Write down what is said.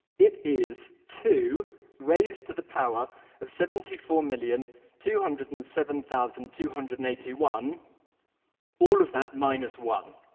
it is two raised to the power of seventy four million two hundred and seven thousand two hundred and eighty one all of that minus one.